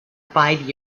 five